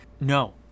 no